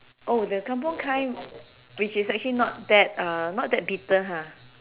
oh the kampung kind which is actually not that uh not that bitter ha